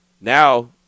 Now